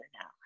now